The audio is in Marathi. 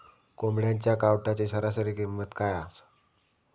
कोंबड्यांच्या कावटाची सरासरी किंमत काय असा?